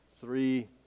Three